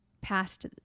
past